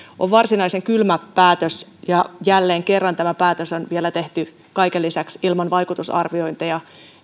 on varsinaisen kylmä päätös ja jälleen kerran tämä päätös on tehty kaiken lisäksi ilman vaikutusarviointeja